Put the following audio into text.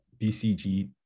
BCG